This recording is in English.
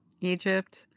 Egypt